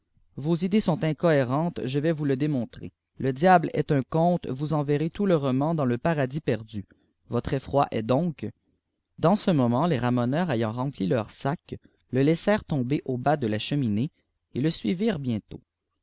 vos idées sont incohérentes je vais tous le démontrer le diable est un conte tous en terrez tout le roman dans le paradis perdu votre effroi est donc dans ce moment les ramoneurs ayant rempli leur sac le laissérent tomber au bas de la cheminée et le suivirent bientôt